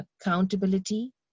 accountability